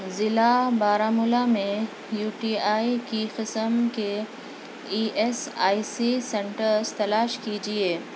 ضلع بارہمولہ میں U T I کی قسم کے E S I C centres تلاش کیجیے